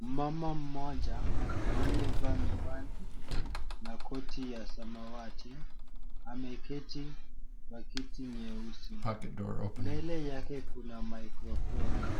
Mama mmoja aliyevaa miwani na koti ya samawati ameketi kwa kiti nyeusi. Mbele yake kuna maikrofoni,